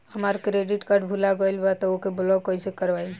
हमार credit card भुला गएल बा त ओके ब्लॉक कइसे करवाई?